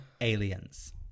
Aliens